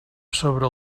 sobre